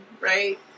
right